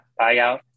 buyout